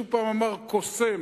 אבל מישהו פעם אמר: קוסם.